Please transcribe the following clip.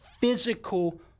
physical